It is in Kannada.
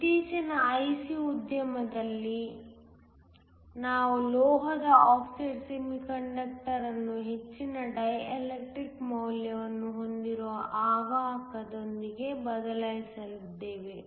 ಇತ್ತೀಚಿನ IC ಉದ್ಯಮದಲ್ಲಿ ನಾವು ಲೋಹದ ಆಕ್ಸೈಡ್ ಸೆಮಿಕಂಡಕ್ಟರ್ ಅನ್ನು ಹೆಚ್ಚಿನ ಡೈಎಲೆಕ್ಟ್ರಿಕ್ ಮೌಲ್ಯವನ್ನು ಹೊಂದಿರುವ ಅವಾಹಕದೊಂದಿಗೆ ಬದಲಾಯಿಸಿದ್ದೇವೆ